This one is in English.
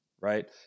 right